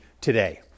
today